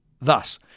Thus